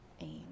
aim